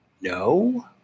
No